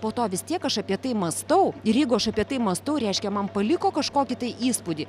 po to vis tiek aš apie tai mąstau ir jeigu aš apie tai mąstau reiškia man paliko kažkokį tai įspūdį